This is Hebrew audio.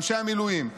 אנשי המילואים,